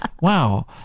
wow